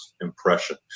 impression